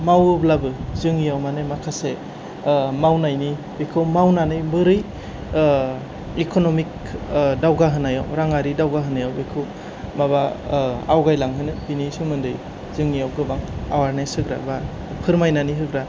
मावोब्लाबो जोंनियाव माने माखासे मावनायनि बिखौ मावनानै बोरै इकनमिक दावगा होनायाव राङारि दावगाहोनायाव बिखौ माबा आवगायलांहोनो बेनि सोमोन्दै जोंनियाव गोबां एवारनेस होग्रा बा फोरमायनानै होग्रा